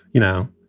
you know,